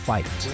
Fight